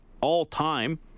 all-time